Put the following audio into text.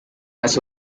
las